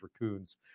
raccoons